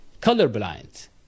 Colorblind